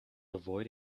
avoid